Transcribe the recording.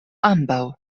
ambaŭ